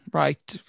right